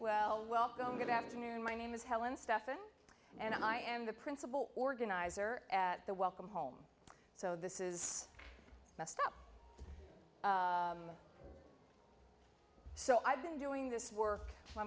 well welcome good afternoon my name is helen stephan and i am the principal organizer at the welcome home so this is messed up so i've been doing this work my